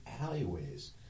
alleyways